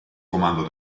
comando